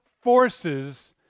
forces